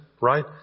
right